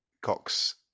Cox